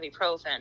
ibuprofen